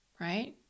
right